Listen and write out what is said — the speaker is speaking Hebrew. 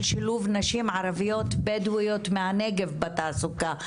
שילוב נשים ערביות בדואיות בנגב בתעסוקה.